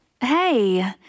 Hey